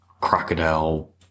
crocodile